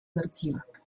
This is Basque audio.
bertsioak